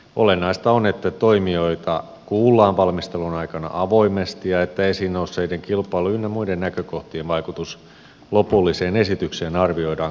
olennaista on että toimijoita kuullaan valmistelun aikana avoimesti ja että esiin nousseiden kilpailu ynnä muiden näkökohtien vaikutus lopulliseen esitykseen arvioidaan kattavasti